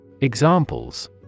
Examples